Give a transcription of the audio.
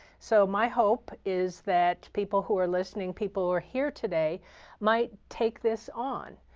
so my hope is that people who are listening, people who are here today might take this on,